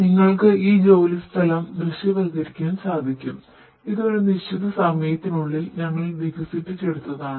നിങ്ങൾക്ക് ഈ ജോലിസ്ഥലം ദൃശ്യവൽക്കരിക്കാൻ സാധിക്കും ഇത് ഒരു നിശ്ചിത സമയത്തിനുള്ളിൽ ഞങ്ങൾ വികസിപ്പിച്ചെടുത്തതാണ്